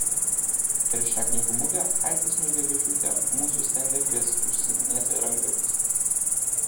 per šią knygų mugę aistė smilgevičiūtė mūsų stende kvies užsiiminėti rankdarbiais